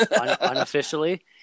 unofficially